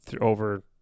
over